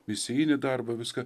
misijinį darbą viską